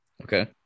Okay